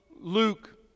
Luke